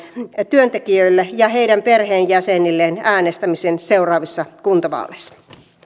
työntekijöille ja heidän perheenjäsenilleen äänestämisen seuraavissa kuntavaaleissa